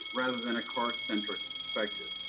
rather than a car centric perspective.